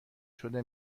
شده